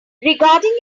regarding